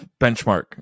benchmark